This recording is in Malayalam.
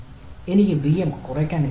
എനിക്ക് വിഎം കുറയ്ക്കാൻ കഴിയുമോ